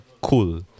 Cool